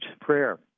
prayer